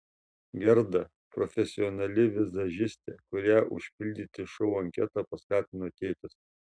gerda profesionali vizažistė kurią užpildyti šou anketą paskatino tėtis